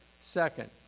Second